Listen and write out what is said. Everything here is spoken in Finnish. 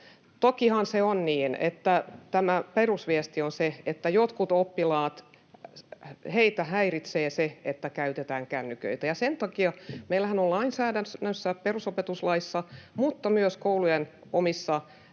tokihan se on niin, että tämä perusviesti on se, että joitakin oppilaita häiritsee se, että käytetään kännyköitä. Ja sen takiahan meillä on lainsäädännössä, perusopetuslaissa, mutta myös koulujen omissa